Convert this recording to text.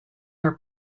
are